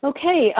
Okay